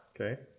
Okay